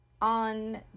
On